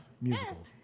musicals